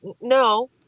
no